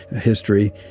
history